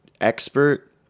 expert